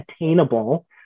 attainable